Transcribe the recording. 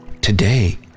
Today